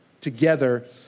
together